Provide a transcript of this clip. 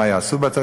מה יעשו בצבא?